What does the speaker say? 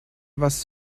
was